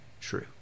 true